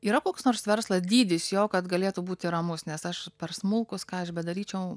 yra koks nors verslas dydis jo kad galėtų būti ramus nes aš per smulkus ką aš bedaryčiau